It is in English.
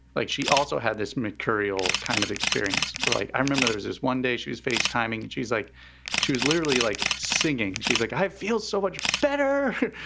like she also had this material kind of experience. right. i remember there is is one day she is face timing and she's like she was literally like singing. she's like, i feel so much better.